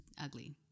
ugly